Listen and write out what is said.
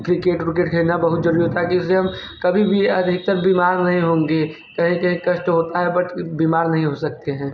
cricket व्रिकेट खेलना बहुत ज़रूरत है किसी कभी भी अधिकतर बीमार नहीं होंगे कहीं कहीं कई कष्ट होता है बट बीमार नहीं हो सकते हैं